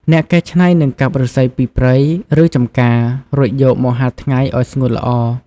អ្នកកែច្នៃនឹងកាប់ឫស្សីពីព្រៃ ឬចម្ការ រួចយកមកហាលថ្ងៃឲ្យស្ងួតល្អ។